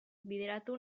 bideratu